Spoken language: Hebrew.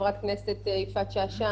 חברת הכנסת יפעת שאשא,